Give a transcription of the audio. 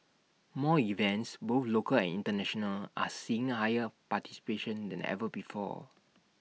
more events both local and International are seeing higher participation than ever before